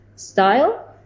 Style